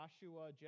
Joshua